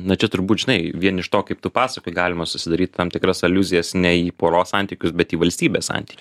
na čia turbūt žinai vien iš to kaip tu pasakoji galima susidaryt tam tikras aliuzijas ne į poros santykius bet į valstybės santykius